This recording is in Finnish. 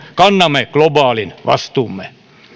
kannamme globaalin vastuumme